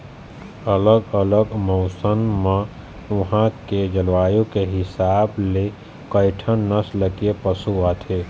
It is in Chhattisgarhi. अलग अलग मउसन अउ उहां के जलवायु के हिसाब ले कइठन नसल के पशु आथे